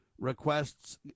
requests